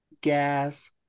gas